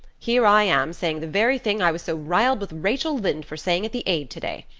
here i am saying the very thing i was so riled with rachel lynde for saying at the aid today.